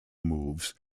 moves